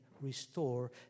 restore